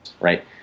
Right